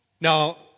Now